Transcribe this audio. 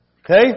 Okay